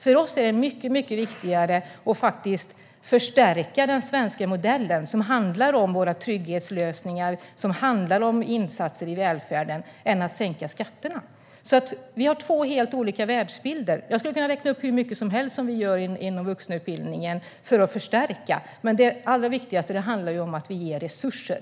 För oss är det mycket viktigare att förstärka den svenska modellen, som handlar om våra trygghetslösningar och om insatser i välfärden, än att sänka skatterna. Vi har två helt olika världsbilder. Jag skulle kunna räkna upp hur mycket som helst som vi gör inom vuxenutbildningen för att förstärka, men det allra viktigaste handlar om att vi ger resurser.